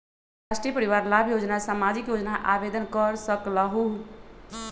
राष्ट्रीय परिवार लाभ योजना सामाजिक योजना है आवेदन कर सकलहु?